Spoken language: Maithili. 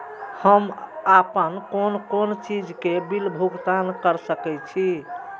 हम आपन कोन कोन चीज के बिल भुगतान कर सके छी?